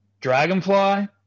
Dragonfly